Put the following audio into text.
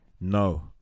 No